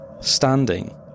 standing